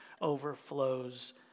overflows